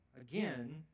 again